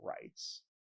rights